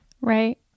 Right